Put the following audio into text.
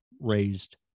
raised